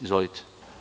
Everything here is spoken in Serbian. Izvolite.